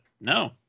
no